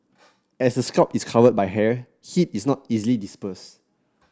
as the scalp is covered by hair heat is not easily dispersed